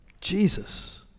Jesus